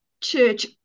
church